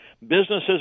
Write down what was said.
businesses